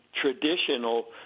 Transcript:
traditional